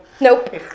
Nope